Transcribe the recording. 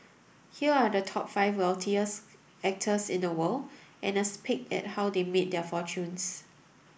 here are the top five wealthiest actors in the world and a peek at how they made their fortunes